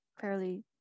fairly